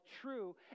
true